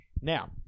Now